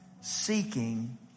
seeking